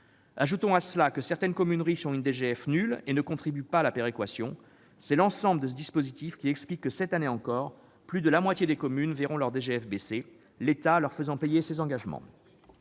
Ajoutons à cela que certaines communes riches, ayant une DGF nulle, ne contribuent pas à la péréquation. L'ensemble de ce dispositif explique que, l'année prochaine encore, plus de la moitié des communes verront leur DGF baisser, l'État leur faisant payer le coût de ses engagements